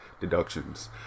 Deductions